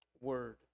word